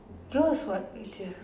yours what picture